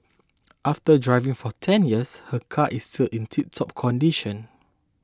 after driving for ten years her car is still in tiptop condition